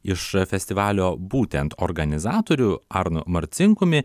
iš festivalio būtent organizatorių arnu marcinkumi